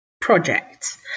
projects